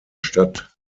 stadt